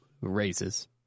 raises